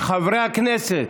חברי הכנסת,